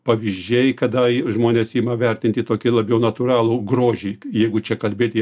pavyzdžiai kada žmonės ima vertinti tokį labiau natūralų grožį jeigu čia kalbėti